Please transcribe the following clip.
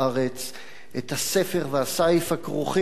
את הספר והסיף הכרוכים בדמותו,